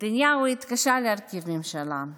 נתניהו התקשה להרכיב ממשלה.